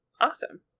Awesome